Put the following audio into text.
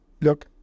Look